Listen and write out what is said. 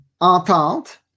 entente